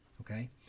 okay